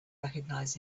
recognize